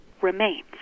remains